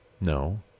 no